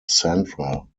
central